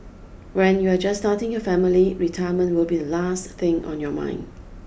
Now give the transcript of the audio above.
when you are just starting your family retirement will be the last thing on your mind